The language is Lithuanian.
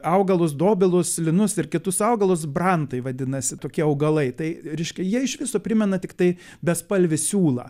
augalus dobilus linus ir kitus augalus brantai vadinasi tokie augalai tai reiškia jie iš viso primena tiktai bespalvį siūlą